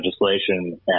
legislation